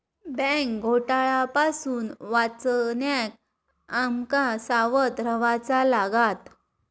bank घोटाळा पासून वाचण्याक आम का सावध रव्हाचा लागात